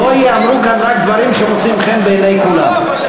לא ייאמרו כאן רק דברים שמוצאים חן בעיני כולם.